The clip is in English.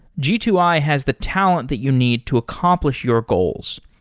g two i has the talent that you need to accomplish your goals.